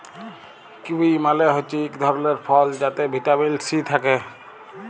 kiwi মালে হছে ইক ধরলের ফল যাতে ভিটামিল সি থ্যাকে